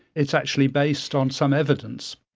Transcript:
it's actually based on some evidence.